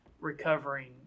recovering